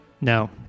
No